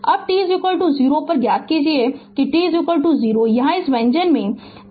अब t 0 पर ज्ञात कीजिए कि t 0 यहाँ इस व्यंजक में t 0 रखें